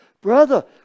brother